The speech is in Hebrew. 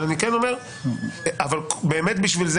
אבל בשביל זה